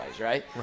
right